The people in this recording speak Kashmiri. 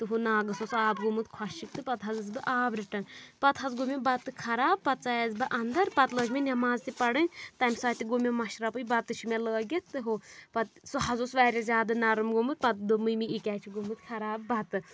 تہٕ ہُہ ناغس اوس آب گوٚمُت کھۄشٕک تہٕ پَتہٕ حظ ٲسٕس بہٕ آب رِٹان پَتہٕ حظ گوٚو مےٚ بتہٕ خراب پَتہٕ ژایَس بہٕ اَنٛدر پَتہٕ لٲج مےٚ نیٚماز پَرٕنۍ تَمہِ ساتہٕ تہِ گوٚو مےٚ مشرپَے بَتہٕ چُھ مےٚ لٲگِتھ تہٕ ہُہ پتہٕ سُہ حظ اوس واریاہ زیادٕ نَرم گوٚومُت پَتہٕ دوٚپ مٔمی یہِ کیٚازِ چھُ گوٚومُت خراب بَتہٕ